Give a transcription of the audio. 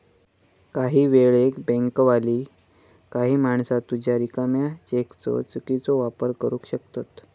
काही वेळेक बँकवाली काही माणसा तुझ्या रिकाम्या चेकचो चुकीचो वापर करू शकतत